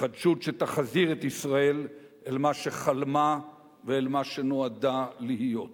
התחדשות שתחזיר את ישראל אל מה שחלמה ואל מה שנועדה להיות.